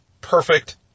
perfect